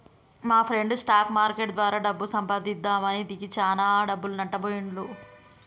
మాప్రెండు stock market ద్వారా డబ్బు సంపాదిద్దామని దిగి చానా డబ్బులు నట్టబొయ్యిండు